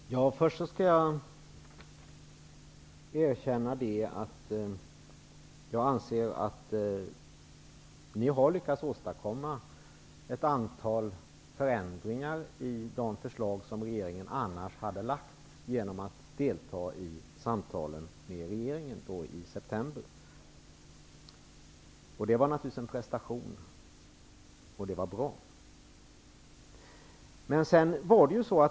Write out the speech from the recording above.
Herr talman! Först skall jag erkänna att ni har lyckats åstadkomma ett antal förändringar i de förslag som regeringen hade tänkt lägga fram, genom att ni deltog i samtalen med regeringen i september. Det var naturligtvis en prestation, och det var bra.